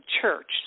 church